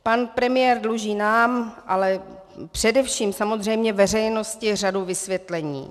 Pan premiér dluží nám, ale především samozřejmě veřejnosti řadu vysvětlení.